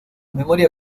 memoria